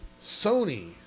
Sony